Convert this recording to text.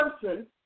person